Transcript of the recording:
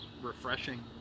refreshing